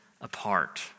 Apart